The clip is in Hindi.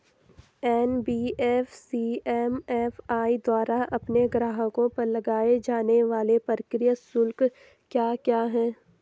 एन.बी.एफ.सी एम.एफ.आई द्वारा अपने ग्राहकों पर लगाए जाने वाले प्रक्रिया शुल्क क्या क्या हैं?